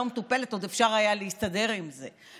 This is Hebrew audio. עוד אפשר היה להסתדר עם זה,